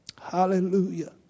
Hallelujah